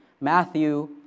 Matthew